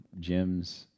gyms